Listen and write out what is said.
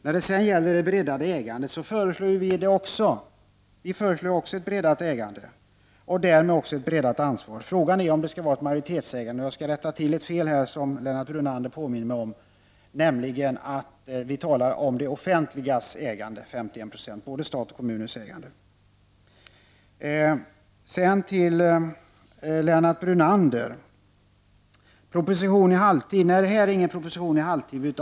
När det sedan gäller det breddade ägandet föreslår också vi socialdemokrater ett sådant och därmed också ett breddat ansvar. Men frågan är om det skall vara ett majoritetsägande. Jag skall rätta till ett fel som Lennart Brunander påminde mig om. När vi talar om det offentligas ägarandel på 51 96 gäller detta både statens och kommunernas ägande. Sedan till det som Lennart Brunander sade om en proposition i halvtid. Nej, detta är ingen proposition i halvtid.